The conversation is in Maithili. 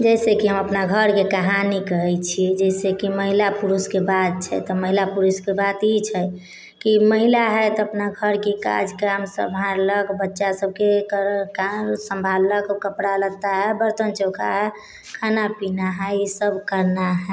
जैसे कि हम अपना घरके कहानी कहै छियै कि महिला पुरुषके बात छै तऽ महिला पुरुषके बात ई छै कि महिला हय तऽ अपना घरके काज काम सम्हारलक बच्चा सभके कर काम सम्हारलक ओकर कपड़ा लत्ता बर्तन चौका खाना पीना हय ई सभ करना हय